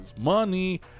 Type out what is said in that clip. money